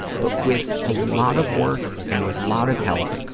but with a lot of work and a lot of help,